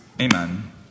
amen